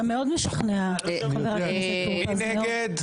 מי נגד?